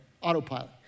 Autopilot